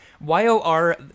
Y-O-R